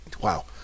wow